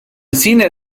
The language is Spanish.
cine